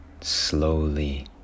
Slowly